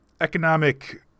economic